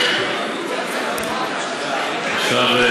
מבית-הקברות,